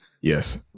Yes